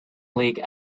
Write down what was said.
league